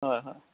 হয় হয়